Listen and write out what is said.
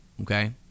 okay